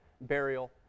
burial